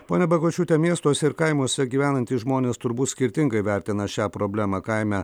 ponia bagočiūte miestuose ir kaimuose gyvenantys žmonės turbūt skirtingai vertina šią problemą kaime